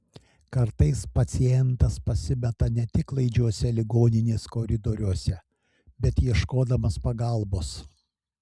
kartais pacientas pasimeta ne tik klaidžiuose ligoninės koridoriuose bet ir ieškodamas pagalbos